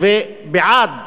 ובעד